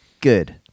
good